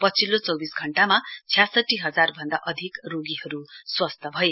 पछिल्लो चौविस घण्टामा छ्यासठी हजार भन्दा अधिक रोगीहरू स्वस्थ भए